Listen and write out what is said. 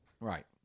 Right